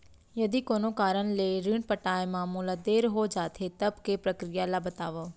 यदि कोनो कारन ले ऋण पटाय मा मोला देर हो जाथे, तब के प्रक्रिया ला बतावव